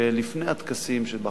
שלפני הטקסים של 11:00,